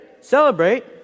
celebrate